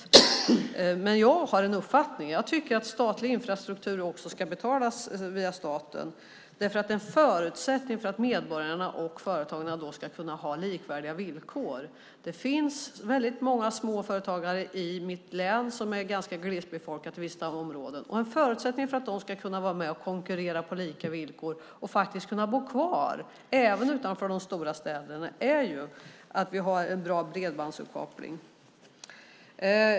Men jag har den uppfattningen att statlig infrastruktur också ska betalas via staten, för det är en förutsättning för att medborgarna och företagarna ska kunna ha likvärdiga villkor. Det finns väldigt många småföretagare i mitt hemlän, som är ganska glesbefolkat i vissa områden. En förutsättning för att de ska kunna vara med och konkurrera på lika villkor och kunna bo kvar utanför de stora städerna är att vi har en bra bredbandsuppkoppling.